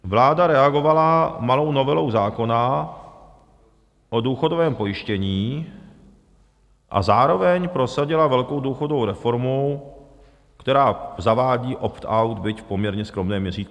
Vláda reagovala malou novelou zákona o důchodovém pojištění a zároveň prosadila velkou důchodovou reformu, která zavádí optout, byť v poměrně skromném měřítku.